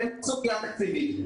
אין סוגיה תקציבית.